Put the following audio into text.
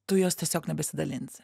tu jos tiesiog nebesidalinsi